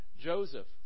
Joseph